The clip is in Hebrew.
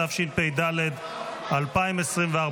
התשפ"ד 2024,